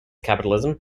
capitalism